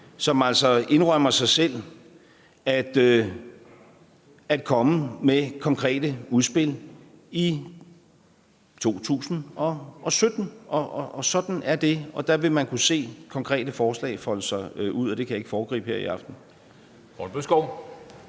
som altså indrømmer sig selv at komme med konkrete udspil i 2017, og sådan er det, og der vil man kunne se konkrete forslag folde sig ud. Det kan jeg ikke foregribe her i aften.